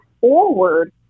forward